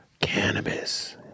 Cannabis